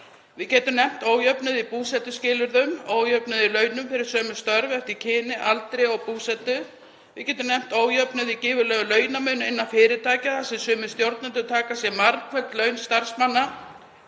Við getum nefnt ójöfnuð í búsetuskilyrðum, ójöfnuð í launum fyrir sömu störf eftir kyni, aldri og búsetu. Við getum nefnt ójöfnuð sem birtist í gífurlegum launamun innan fyrirtækja þar sem sumir stjórnendur taka sér margföld laun starfsmanna.